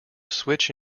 switch